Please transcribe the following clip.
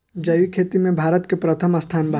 जैविक खेती में भारत के प्रथम स्थान बा